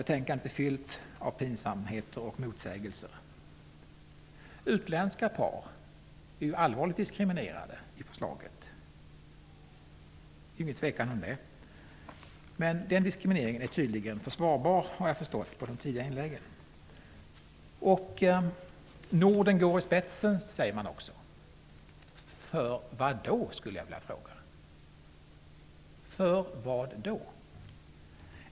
Betänkandet är som sagt fullt av pinsamheter och motsägelser. Utländska par är allvarligt diskriminerade i förslaget. Det är ingen tvekan om det. Men den diskrimineringen är tydligen försvarbar, efter vad jag förstått av de tidigare inläggen. Det sägs också att Norden går i spetsen. Då skulle jag vilja fråga: För vad?